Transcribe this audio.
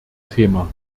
thema